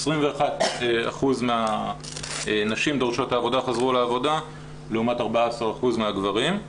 21% מהנשים דורשות העבודה חזרו לעבודה לעומת 14% מהגברים.